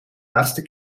laatste